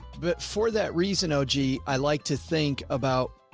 but for that reason, oh gee, i like to think about.